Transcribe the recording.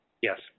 Yes